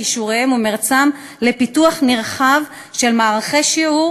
כישוריהם ומרצם לפיתוח נרחב של מערכי שיעור